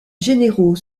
généraux